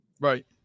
Right